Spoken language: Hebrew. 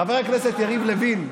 חבר הכנסת יריב לוין,